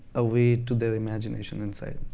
a way to their imagination inside.